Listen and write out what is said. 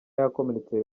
yakomeretse